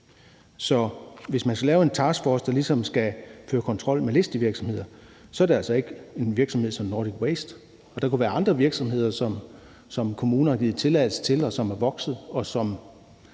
så hvis man skal lave en taskforce, der ligesom skal føre kontrol med listevirksomheder, er det altså ikke en virksomhed som Nordic Waste. Og der kunne være andre virksomheder, som en kommune har givet tilladelse til, og som er vokset, og som